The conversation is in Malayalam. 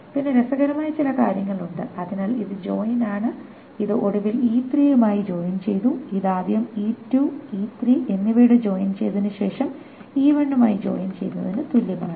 പിന്നെ രസകരമായ ചില കാര്യങ്ങൾ ഉണ്ട് അതിനാൽ ഇത് ജോയിൻ ആണ് അത് ഒടുവിൽ E3 മായി ജോയിൻ ചെയ്തു ഇത് ആദ്യം E2 E3 എന്നിവയുടെ ജോയിൻ ചെയ്തതിനു ശേഷം E1 മായി ജോയിൻ ചെയ്യുന്നതിന് തുല്യമാണ്